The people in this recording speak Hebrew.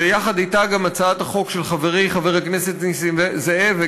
ויחד אתה גם הצעת החוק של חברי חבר הכנסת נסים זאב,